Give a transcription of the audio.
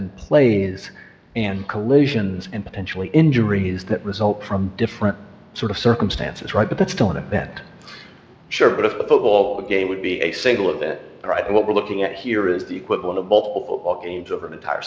and plays and collisions and potentially injuries that result from different sort of circumstances right but that's still an event sure but if the football game would be a single event what we're looking at here is the equivalent of bowl games over an entire